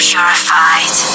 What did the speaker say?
Purified